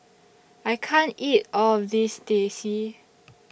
I can't eat All of This Teh C